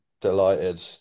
delighted